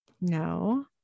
No